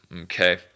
Okay